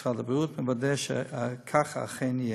הבריאות מוודא שככה אכן יהיה.